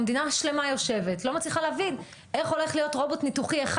יושבת מדינה שלמה ולא מצליחה להבין איך הולך להיות רובוט ניתוחי אחד,